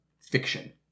fiction